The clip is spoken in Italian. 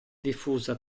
diffusa